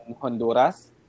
Honduras